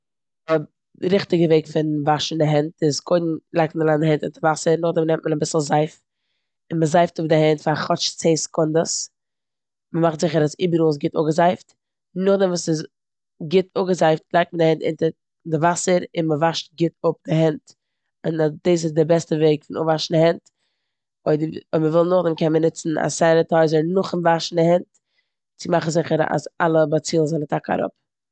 די ריכטיגע וועג פון וואשן די הענט איז קודם לייגט מען אריין די הענט אונטער וואסער, נאכדעם נעמט מען אביסל זייף און מ'זייפט אפ די הענט פאר כאטש צען סעקונדעס, מ'מאכט זיכער אז איבעראל איז גוט אפגעזייפט. נאכדעם וואס ס'איז גוט אפגעזייפט לייגט מען די הענט אונטער די וואסער און מ'וואשט גוט אפ די הענט און דאס איז די בעסטע וועג פון אפואשן די הענט. אויב די וויל- אויב מ'וויל נאכדעם קען מען נוצן א סעניטייזער נאכן וואשן די הענט צו מאכן זיכער אז אלע באצילן זענען טאקע אראפ.